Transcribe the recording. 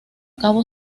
cabo